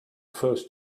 first